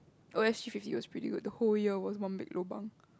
oh S G fifty was pretty good the whole year was one big lobang